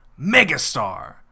megastar